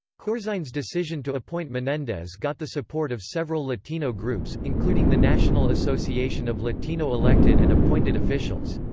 corzine's decision to appoint menendez got the support of several latino groups, including the national association of latino elected and appointed officials.